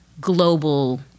global